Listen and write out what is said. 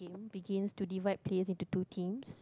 begins to divide players into two teams